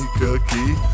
cookie